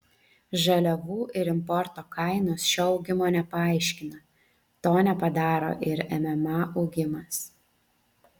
žaliavų ir importo kainos šio augimo nepaaiškina to nepadaro ir mma augimas